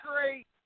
great